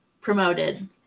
promoted